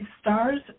stars